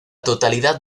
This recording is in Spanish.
totalidad